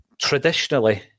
traditionally